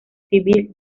civil